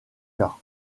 cas